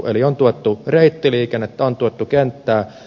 eli on tuettu reittiliikennettä on tuettu kenttää